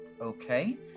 Okay